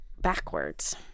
backwards